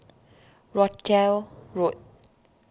Rochdale Road